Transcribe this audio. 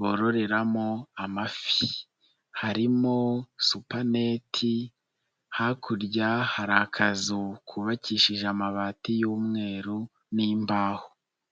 bororeramo amafi, harimo supaneti, hakurya hari akazu kubakishije amabati y'umweru n'imbaho.